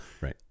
Right